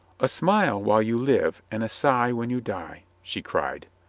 a smile while you live and a sigh when you die, she cried.